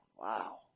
Wow